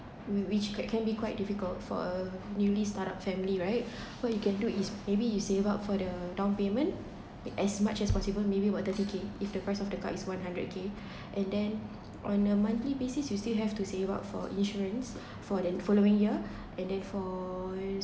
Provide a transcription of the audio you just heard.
whi~ which can can be quite difficult for uh newly start up family right what you can do is maybe you save up for the down payment as much as possible maybe about thirty K if the price of the car is one hundred K and then on a monthly basis you still have to save up for insurance for the following year and then for